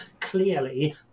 clearly